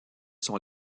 sont